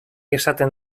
esaten